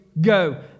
go